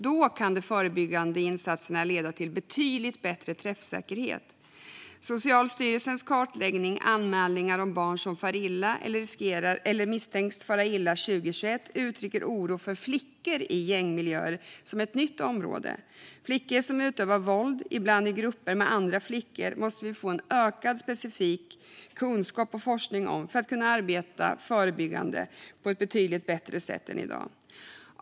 Då kan de förebyggande insatserna leda till betydligt bättre träffsäkerhet. Socialstyrelsens kartläggning Anmälningar om barn som far illa eller misstänks fara illa 2021 uttrycker oro för flickor i gängmiljöer som ett nytt område. Flickor som utövar våld, ibland i grupper med andra flickor, måste vi få ökad specifik kunskap och forskning om för att kunna arbeta förebyggande på ett betydligt bättre sätt än i dag.